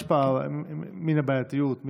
יש בה מן הבעייתיות,